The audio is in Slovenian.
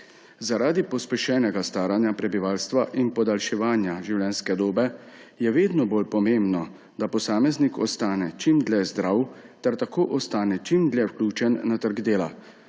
Zaradi pospešenega staranja prebivalstva in podaljševanja življenjske dobe je vedno bolj pomembno, da posameznik ostane čim dlje zdrav ter tako ostane čim dlje vključen na trg dela.